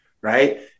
Right